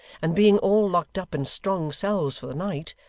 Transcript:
and being all locked up in strong cells for the night,